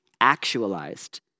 actualized